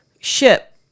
ship